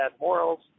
morals